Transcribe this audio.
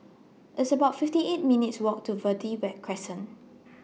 It's about fifty eight minutes' Walk to Verde Crescent